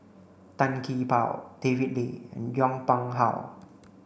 Tan Gee Paw David Lee and Yong Pung How